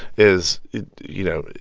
is, you know,